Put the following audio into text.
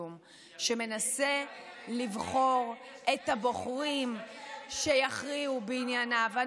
אישום שמנסה לבחור את השופטים שיכריעו בענייניו.